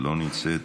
לא נמצאת,